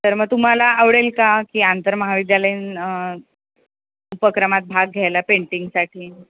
तर मग तुम्हाला आवडेल का की आंतरमहाविद्यालयीन उपक्रमात भाग घ्यायला पेंटिंगसाठी